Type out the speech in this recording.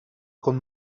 con